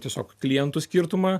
tiesiog klientų skirtumą